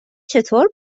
چطور